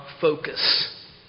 focus